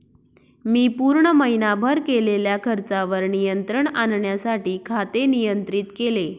मी पूर्ण महीनाभर केलेल्या खर्चावर नियंत्रण आणण्यासाठी खाते नियंत्रित केले